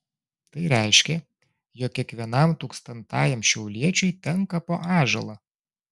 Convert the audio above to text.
tai reiškė jog kiekvienam tūkstantajam šiauliečiui tenka po ąžuolą